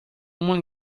uma